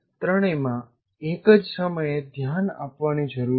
ત્રણેયમાં એક જ સમયે ધ્યાન આપવાની જરૂર છે